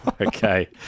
okay